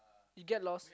you get lost